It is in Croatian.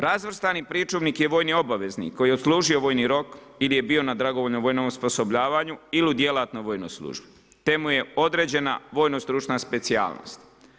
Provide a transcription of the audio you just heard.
Razvrstani pričuvnik, je vojni obavezanik, koji je odslužio vojni rok, ili je bio na dragovoljnom vojnom osposobljavanju ili u djelatnoj vojnoj službi, te mu je određena vojno stručna specijalist.